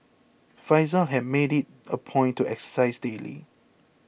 faizal had made it a point to exercise daily